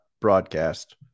broadcast